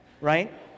right